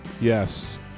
Yes